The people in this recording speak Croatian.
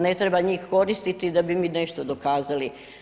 Ne treba njih koristiti da bi mi nešto dokazali?